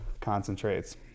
concentrates